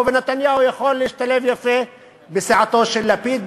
ונתניהו יכול להשתלב יפה בסיעתו של לפיד,